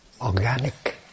organic